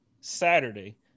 Saturday